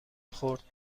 خورد